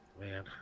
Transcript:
man